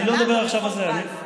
אני לא מדבר עכשיו על זה.